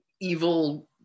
evil